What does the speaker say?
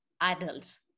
adults